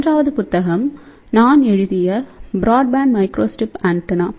மூன்றாவது புத்தகம் நான் எழுதிய பிராட்பேண்ட் மைக்ரோஸ்ட்ரிப் ஆண்டெனா